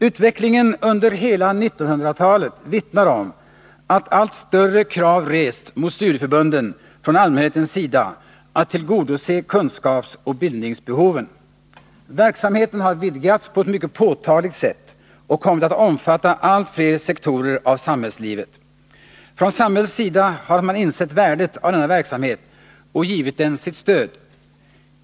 Utvecklingen under hela 1900-talet vittnar om att från allmänhetens sida allt större krav rests mot studieförbunden att tillgodose kunskapsoch bildningsbehoven. Verksamheten har vidgats på ett mycket påtagligt sätt och kommit att omfatta allt fler sektorer av samhällslivet. Från samhällets sida har man insett värdet av denna verksamhet och givit den sitt stöd.